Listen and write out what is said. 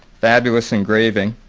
fabulous engraving.